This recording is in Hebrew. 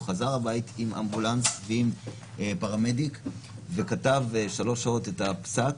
הוא חזר הביתה עם אמבולנס ופרמדיק וכתב במשך 3 שעות את הפסק.